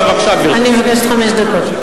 בבקשה, גברתי.